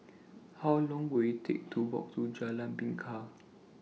How Long Will IT Take to Walk to Jalan Bingka